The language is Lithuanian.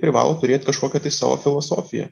privalo turėt kažkokią tai savo filosofiją